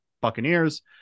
Buccaneers